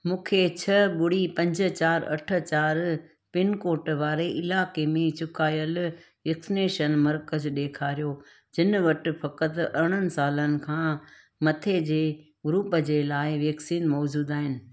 मूंखे छह ॿुड़ी पंज चारि अठ चारि पिनकोड वारे इलाइके में चुकायल वैक्सनेशन मर्कज़ ॾेखारियो जिन वटि फ़कतु अरिड़हं सालनि खां मथे जे ग्रुप जे लाइ वैक्सीन मौज़ूदु आहिनि